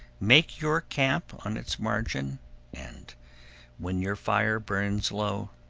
make your camp on its margin and when your fire burns low,